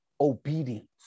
obedience